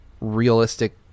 realistic